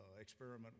experiment